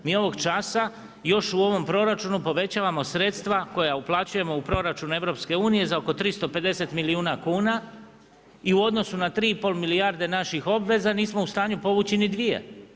Mi ovog časa još u ovom proračunu povećavamo sredstava koja uplaćujemo u proračun Europske unije za oko 350 milijuna kuna i u odnosu na 3,5 milijarde naših obveza nismo u stanju povući niti dvije.